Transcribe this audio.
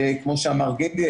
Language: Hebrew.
כמו שאמר גינדי,